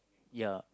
ya